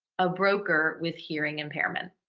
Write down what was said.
a broker with hearing impairment.